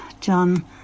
John